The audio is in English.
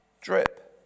drip